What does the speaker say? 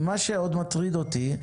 מה שעוד מטריד אותי,